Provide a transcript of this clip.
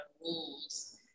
rules